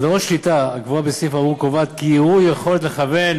הגדרת "שליטה" הקבועה בסעיף האמור קובעת כי יראו יכולת לכוון